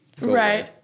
Right